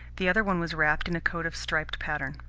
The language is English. the other one was wrapped in a coat of striped pattern.